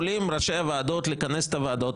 יכולים ראשי הוועדות לכנס את הוועדות